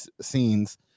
scenes